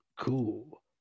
Cool